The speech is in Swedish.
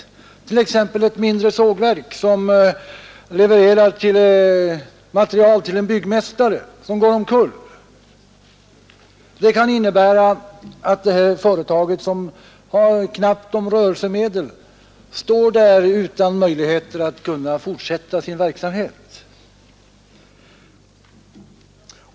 Man kan tänka sig ett mindre sågverk som levererar material till en byggmästare, vars företag går omkull. Det kan innebära att det här sågverksföretaget, som har knappt om rörelsemedel, står där utan möjligheter att fortsätta sin verksamhet.